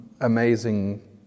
amazing